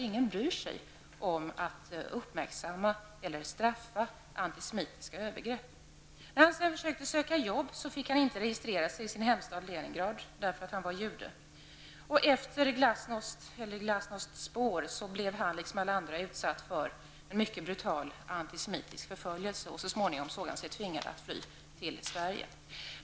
Ingen bryr sig om att uppmärksamma eller straffa antisemitiska övergrepp. När han sedan skulle söka jobb fick han inte registrera sig i sin hemstad Leningrad därför att han var jude. I glasnosts spår blev han liksom alla andra utsatt för en mycket brutal antisemitisk förföljelse. Så småningom kände han sig tvingad att fly till Sverige.